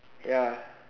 ya